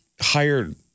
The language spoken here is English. hired